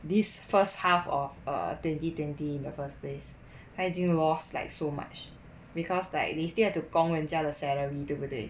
this first half of err twenty twenty in the first place 他已经 lost like so much because like they still have to 工人家的 salary 对不对